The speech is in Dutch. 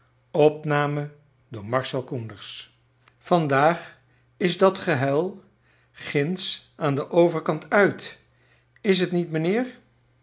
vandaag is dat gehuil ginds aan den overkaat uit is t niet mijnheer